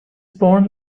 born